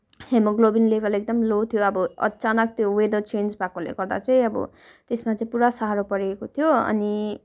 haemoglobin level एकदम low थियो अब अचानक त्यो वेदर चेन्ज भएकोले गर्दा चाहिँ अब त्यसमा चाहिँ पुरा साह्रो परेको थियो अनि